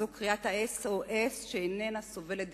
וזו קריאת SOS שאינה סובלת דיחוי.